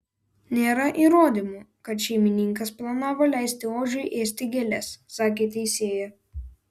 nėra įrodymų kad šeimininkas planavo leisti ožiui ėsti gėles sakė teisėja